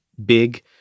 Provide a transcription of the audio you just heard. big